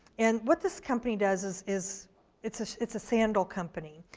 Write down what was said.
and what this company does is is it's it's a sandal company.